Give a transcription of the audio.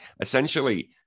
essentially